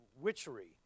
witchery